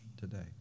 today